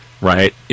right